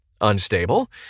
Unstable